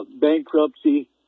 bankruptcy